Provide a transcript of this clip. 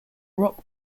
rock